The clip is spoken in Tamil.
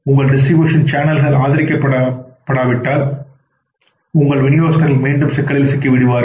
உங்கள் டிஸ்ட்ரிபியூஷன் சேனல்களை ஆதரிக்காவிட்டால் உங்கள் விநியோகஸ்தர்கள் மீண்டும் சிக்கலில் சிக்கிவிடுவார்கள்